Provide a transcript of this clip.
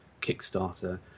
Kickstarter